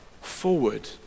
forward